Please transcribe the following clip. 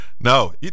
No